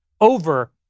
over